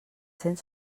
cent